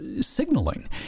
signaling